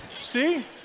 See